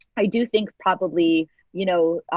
i do think probably you know,